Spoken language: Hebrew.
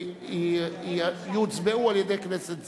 שהוצבעו בכנסת זו.